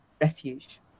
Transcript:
refuge